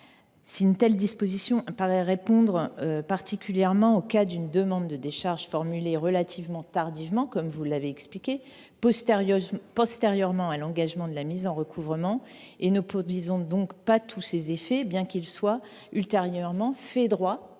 Une telle disposition paraît répondre particulièrement au cas d’une demande de décharge formulée relativement tardivement, après l’engagement de la mise en recouvrement et ne produisant donc pas tous ses effets, bien qu’il y soit ultérieurement fait droit.